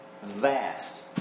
vast